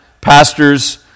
pastors